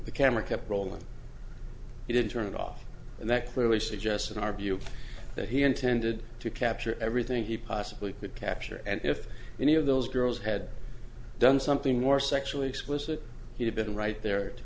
the camera kept rolling he did turn it off and that clearly suggests in our view that he intended to capture everything he possibly could capture and if any of those girls had done something more sexually explicit he had been right there to